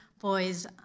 boys